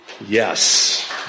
Yes